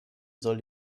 soll